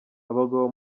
abagabo